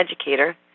educator